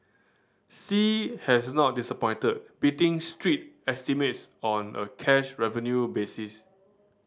sea has not disappointed beating street estimates on a cash revenue basis